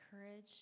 courage